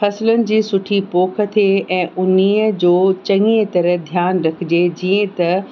फसलन जी सुठी पोख थिए ऐं उनीअ जो चङीअ तरह ध्यानु रखिजे जीअं त